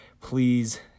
please